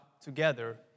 together